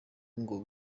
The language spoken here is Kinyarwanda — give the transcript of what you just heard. ngo